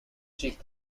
cheek